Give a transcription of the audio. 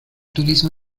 turismo